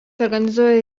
organizuoja